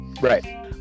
right